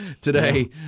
today